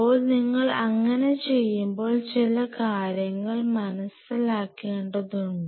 അപ്പോൾ നിങ്ങൾ അങ്ങനെ ചെയ്യുമ്പോൾ ചില കാര്യങ്ങൾ മനസ്സിലാക്കേണ്ടതുണ്ട്